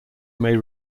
may